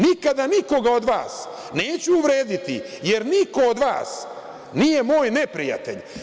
Nikada nikoga od vas neću uvrediti, jer niko od vas nije moj neprijatelj.